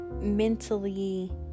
mentally